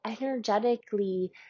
energetically